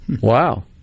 wow